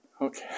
Okay